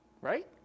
right